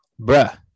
bruh